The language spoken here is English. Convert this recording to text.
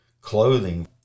clothing